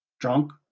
drunk